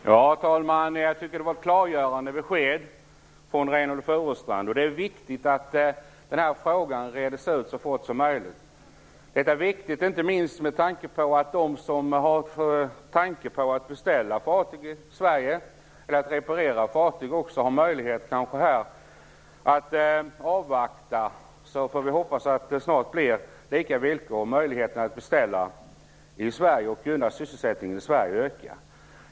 Herr talman! Det var ett klargörande besked från Reynoldh Furustrand. Det är viktigt att frågan reds ut så fort som möjligt, inte minst med tanke på att de som tänker beställa eller reparera fartyg i Sverige får möjlighet att avvakta att det förhoppningsvis snart blir samma villkor och därmed samma möjligheter att göra beställningar i Sverige och därigenom gynna sysselsättningen i Sverige.